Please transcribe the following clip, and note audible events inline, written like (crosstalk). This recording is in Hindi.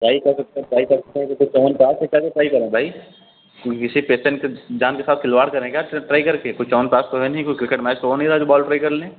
ट्राई कर सकते हैं ट्राई कर सकते हैं ये कोई च्यवनप्राश है क्या जो ट्राई करें भई (unintelligible) किसी पेसेन्ट के जान के साथ खिलवाड़ करें क्या ट्राई करके कोई च्यवनप्राश तो है नहीं कोई क्रिकेट मैच तो हो नहीं रहा जो बॉल ट्राई कर लें